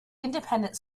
independent